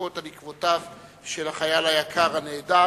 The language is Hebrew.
ולהתחקות על עקבותיו של החייל היקר הנעדר.